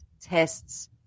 tests